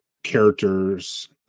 characters